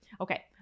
Okay